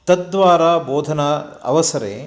तद्वारा बोधना अवसरे